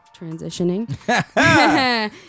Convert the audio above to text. Transitioning